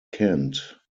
kent